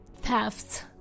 thefts